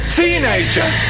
teenager